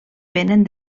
vénen